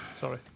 sorry